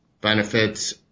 benefits